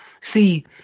see